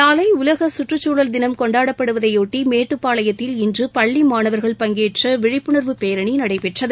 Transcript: நாளை உலக சுற்றுச்சூழல் தினம் கொண்டாடப்படுவதையொட்டி மேட்டுப்பாளையத்தில் இன்று பள்ளி மாணவர்கள் பங்கேற்ற விழிப்புணர்வு பேரணி நடைபெற்றது